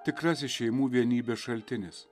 tikrasis šeimų vienybės šaltinis